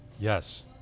Yes